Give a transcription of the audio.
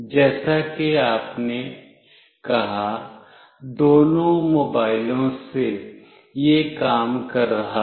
जैसा कि आपने कहा दोनों मोबाइलों से यह काम कर रहा था